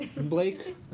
Blake